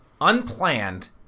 unplanned